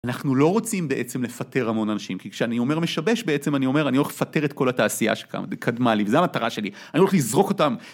אנחנו לא רוצים בעצם לפטר המון אנשים, כי כשאני אומר משבש, בעצם אני אומר, אני הולך לפטר את כל התעשייה שקדמה לי, וזו המטרה שלי, אני הולך לזרוק אותם.